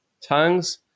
Tongues